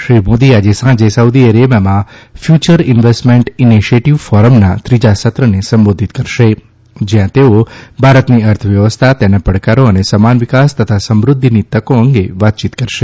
શ્રી મોદી આજે સાંજે સાઉદી અરેબિયામાં ફ્યુચર ઇન્વેસ્ટમેન્ટ ઇનેશીયેટીવ ફોરમના ત્રીજા સત્રને સંબોધિત કરશે જ્યાં તેઓ ભારતની અર્થવ્યવસ્થા તેના પડકારો અને સમાન વિકાસ તથા સમૃદ્ધિની તકો અંગે વાતચીત કરશે